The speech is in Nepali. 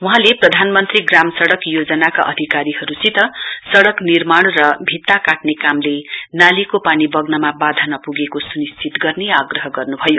वहाँले प्रधानमन्त्री ग्राम सडक योजनाका अधिकारीहरूसित सडक निर्माण र भित्ता काट्ने कामले नालीको पानी बग्नमा बादा नपुगेको सुनिश्चित गर्ने आग्रह गर्नु भयो